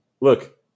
Look